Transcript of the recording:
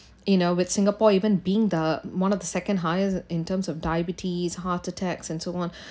you know with singapore even being the one of the second highest in terms of diabetes heart attacks and so on